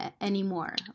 anymore